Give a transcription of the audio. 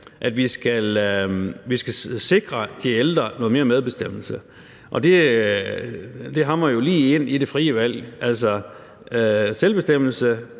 at vi skal sikre de ældre noget mere medbestemmelse, og det hamrer jo lige ind i det frie valg, altså selvbestemmelse